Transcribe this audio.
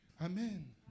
Amen